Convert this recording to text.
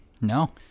no